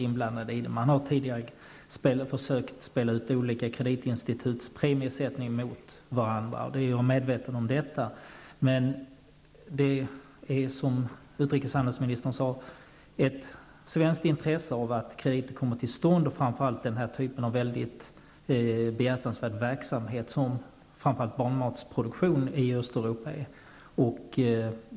Jag är medveten om att man tidigare har försökt spela ut olika kreditinstituts premiesättning mot varandra, men det är som utrikeshandelsministern sade ett svenskt intresse att krediter kommer till stånd, framför allt för sådan typ av behjärtansvärd verksamhet som t.ex. barnmatsproduktion i Östeuropa.